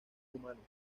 humanos